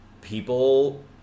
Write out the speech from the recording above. people